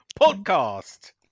podcast